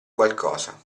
qualcosa